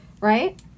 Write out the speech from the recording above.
right